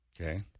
Okay